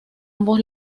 ambos